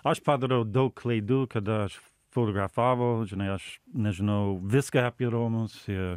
aš padariau daug klaidų kada aš fotografavau žinai aš nežinau viską apie romus i